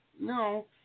No